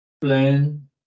plan